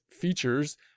features